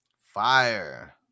Fire